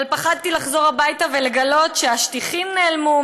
אבל פחדתי לחזור הביתה ולגלות שהשטיחים נעלמו,